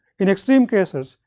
in extreme cases,